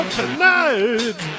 tonight